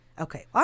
Okay